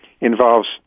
involves